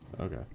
Okay